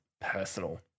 personal